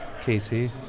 Casey